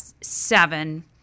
seven